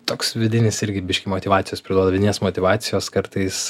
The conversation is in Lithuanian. toks vidinis irgi biškį motyvacijos priduoda vidinės motyvacijos kartais